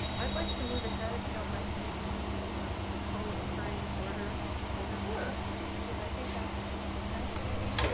i'd like to move ahead, if you don't mind, denise, to the co-occurring disorder overview yeah because i think that's essentially